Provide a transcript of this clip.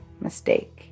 mistake